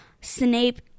Snape